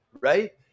right